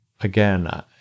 again